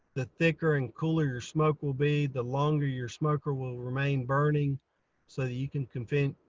the thicker and cooler your smoke will be, the longer your smoker will remain burning so that you can continue,